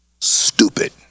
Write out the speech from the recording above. stupid